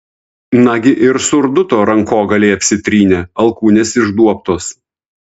nagi ir surduto rankogaliai apsitrynę alkūnės išduobtos